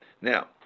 now